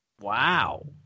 Wow